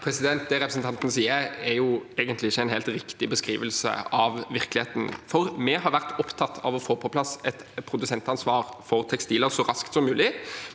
Det representanten sier, er egentlig ikke en helt riktig beskrivelse av virkeligheten, for vi har vært opptatt av å få på plass et produsentansvar for tekstiler så raskt som mulig.